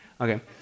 Okay